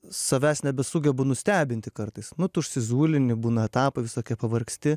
savęs nebesugebu nustebinti kartais nu tu užsizulini būna etapai visokie pavargsti